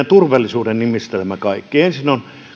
turvallisuuden nimissä tämä kaikki ensin